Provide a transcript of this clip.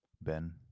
Ben